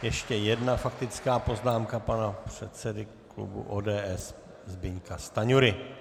Ještě jedna faktická poznámka pana předsedy klubu ODS Zbyňka Stanjury.